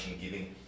giving